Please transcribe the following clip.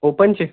ओपनचे